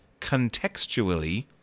contextually